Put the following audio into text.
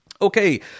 Okay